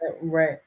Right